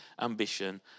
ambition